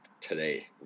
today